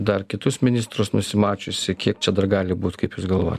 dar kitus ministrus nusimačiusi kiek čia dar gali būt kaip jūs galvojat